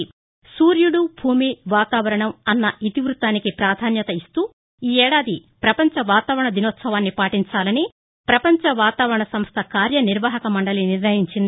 సూర్యుడు భూమివాతావరణం అన్న ఇతివృత్తానికి పాధాన్యత ఇస్తూ ఈ ఏడాది పపంచ వాతావరణ దినోత్సవాన్ని పాటించాలని పపంచ వాతావరణ సంస్థ కార్య నిర్వాహక మండలి నిర్ణయించింది